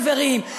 חברים,